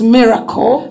miracle